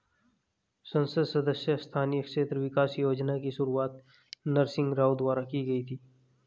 संसद सदस्य स्थानीय क्षेत्र विकास योजना की शुरुआत नरसिंह राव द्वारा की गई थी